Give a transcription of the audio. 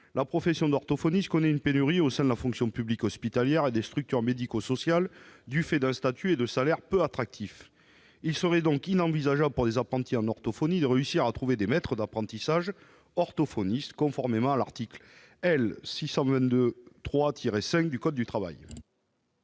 profession connaît une pénurie au sein de la fonction publique hospitalière et des structures médico-sociales, du fait d'un statut et de salaires peu attractifs. Il serait donc inenvisageable, pour des apprentis en orthophonie, de trouver des maîtres d'apprentissage conformément à l'article L. 6223-5 du code du travail,